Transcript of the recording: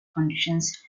conditions